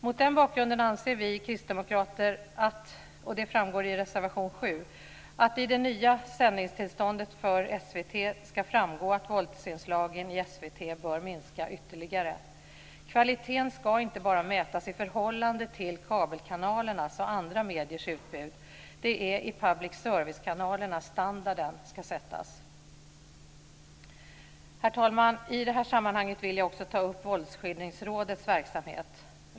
Mot den bakgrunden anser vi kristdemokrater - och det framgår i reservation 7 - att det i det nya sändningstillståndet för SVT ska framgå att våldsinslagen i SVT bör minska ytterligare. Kvaliteten ska inte bara mätas i förhållande till kabelkanalernas och andra mediers utbud. Det är i public servicekanalerna standarden ska sättas. Herr talman! I det här sammanhanget vill jag också ta upp Våldsskildringsrådets verksamhet.